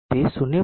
62 પર છે